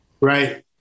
right